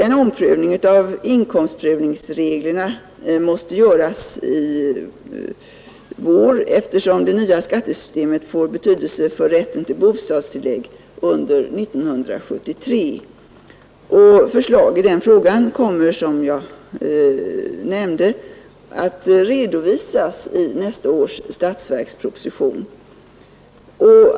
En omprövning av inkomstprövningsreglerna måste göras i vår, eftersom det nya skattesystemet får betydelse för rätten till bostadstillägg under 1973, och förslag i den frågan kommer, som jag nämnde, att redovisas i nästa års statsverksproposition.